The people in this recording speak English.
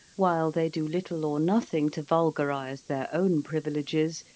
while they do little or nothing to vulgarise their own privileges,